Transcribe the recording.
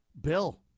Bill